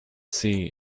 see